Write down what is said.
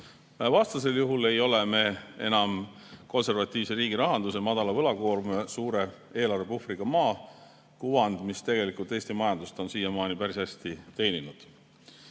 Vastasel juhul ei ole me enam konservatiivse riigirahanduse, madala võlakoorma ja suure eelarvepuhvriga [riigi] kuvandiga, mis tegelikult Eesti majandust on siiamaani päris hästi teeninud.